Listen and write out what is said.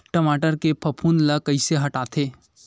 टमाटर के फफूंद ल कइसे हटाथे?